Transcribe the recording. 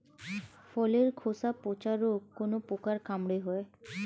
ফলের খোসা পচা রোগ কোন পোকার কামড়ে হয়?